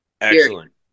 Excellent